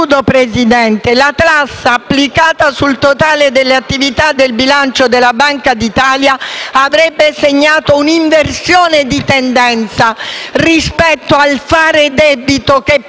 la tassa applicata sul totale della attività del bilancio della Banca d'Italia avrebbe segnato una inversione di tendenza rispetto al fare debito, che prima